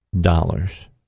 dollars